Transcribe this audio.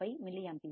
25 milliampere